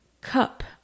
cup